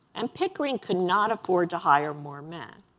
and pickering could not afford to hire more men.